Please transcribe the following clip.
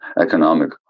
economic